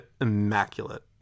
immaculate